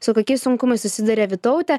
su kokiais sunkumais susiduria vytautė